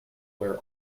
where